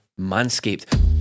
manscaped